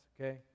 okay